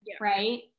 right